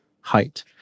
height